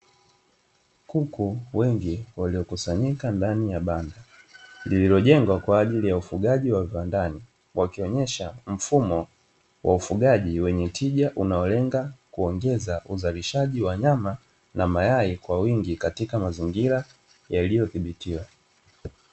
Kuku wengi waliokusanyika ndani ya banda, lililojengwa kwa ajili ya ufugaji wa viwandani, wakionyesha mfumo wa ufugaji wenye tija unaolenga kuongeza uzalishaji wa mayai na nyama kwa wingi katika mazingira yaliyodhibitiwa.